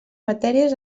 matèries